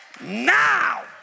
now